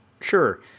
Sure